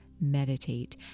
MEDITATE